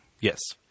Yes